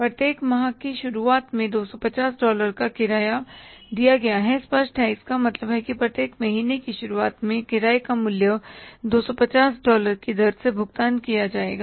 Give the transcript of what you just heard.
प्रत्येक माह की शुरुआत में 250 डॉलर का किराया दिया गया है स्पष्ट है इसका मतलब है कि प्रत्येक महीने की शुरुआत में किराये का मूल्य 250 डॉलर की दर से भुगतान किया जाएगा